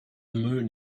moon